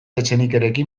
etxenikerekin